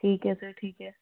ਠੀਕ ਹੈ ਸਰ ਠੀਕ ਹੈ